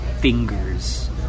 fingers